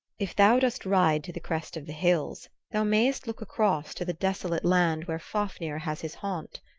if thou dost ride to the crest of the hills thou mayst look across to the desolate land where fafnir has his haunt.